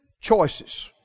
choices